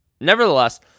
nevertheless